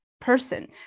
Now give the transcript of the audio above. person